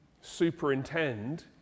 superintend